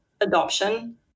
adoption